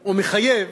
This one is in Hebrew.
או מחייב